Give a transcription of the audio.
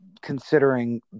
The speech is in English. considering